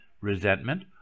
resentment